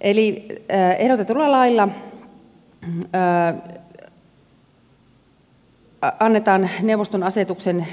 eli ehdotetulla lailla annetaan neuvoston asetuksen